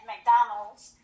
McDonald's